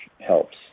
helps